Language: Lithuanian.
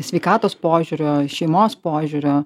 sveikatos požiūrio šeimos požiūrio